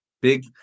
Big